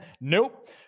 Nope